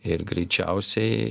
ir greičiausiai